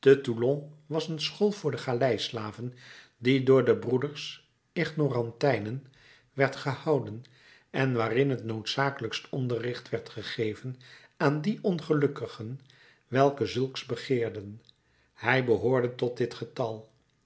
was een school voor de galeislaven die door de broeders ignorantijnen werd gehouden en waarin het noodzakelijkst onderricht werd gegeven aan die ongelukkigen welke zulks begeerden hij behoorde tot dit getal